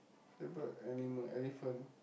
favourite animal elephant